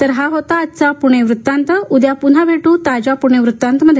तर हा होता आजचा पुणे वृत्तांत उद्या पुन्हा भेटू ताज्या पुणे वृत्तांतमध्ये